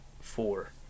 four